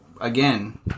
again